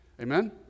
Amen